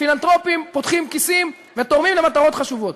פילנתרופים פותחים כיסים ותורמים למטרות חשובות.